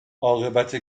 عاقبت